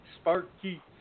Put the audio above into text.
Sparky